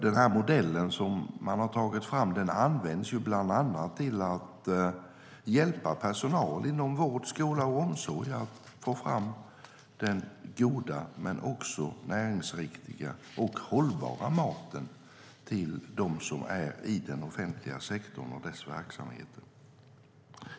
Den modell man har tagit fram används bland annat till att hjälpa personal inom vård, skola och omsorg att få fram god, näringsriktig och hållbar mat till dem som finns i den offentliga sektorn och dess verksamhet.